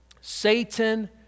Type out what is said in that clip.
Satan